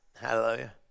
Hallelujah